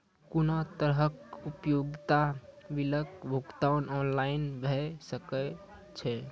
कुनू तरहक उपयोगिता बिलक भुगतान ऑनलाइन भऽ सकैत छै?